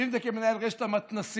ואם זה כמנהל רשת המתנ"סים,